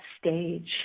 stage